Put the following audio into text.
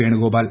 Venugopal